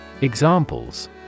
Examples